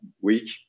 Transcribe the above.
week